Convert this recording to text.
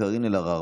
קארין אלהרר,